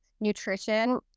nutrition